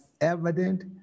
evident